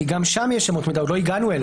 כי גם שם יש אמות מידה, עוד לא הגענו אליו.